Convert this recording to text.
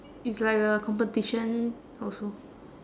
it's like a competition also